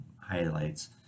highlights